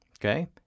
okay